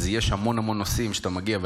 אז יש המון המון נושאים שאתה מגיע,